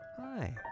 Hi